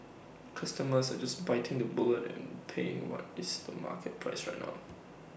customers are just biting the bullet and paying what is the market price right now